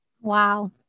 Wow